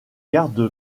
garde